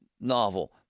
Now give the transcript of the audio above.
novel